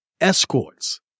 escorts